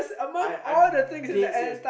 I I 'm dead serious